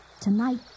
Tonight